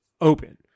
open